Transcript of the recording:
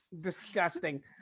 disgusting